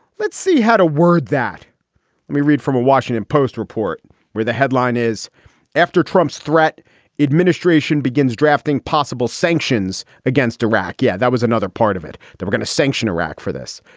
let's see how to word that we read from a washington post report where the headline is after trump's threat administration begins drafting possible sanctions against iraq. yeah, that was another part of it. they were going to sanction iraq for this.